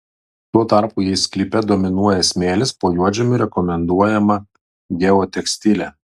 tuo tarpu jei sklype dominuoja smėlis po juodžemiu rekomenduojama geotekstilė